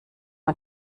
man